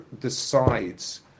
decides